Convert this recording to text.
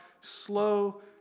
slow